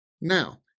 Now